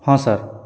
ହଁ ସାର୍